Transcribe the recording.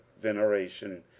veneration